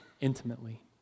intimately